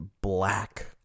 black